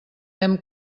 hem